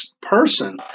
person